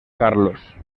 carlos